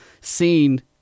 seen